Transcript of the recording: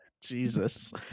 Jesus